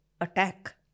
attack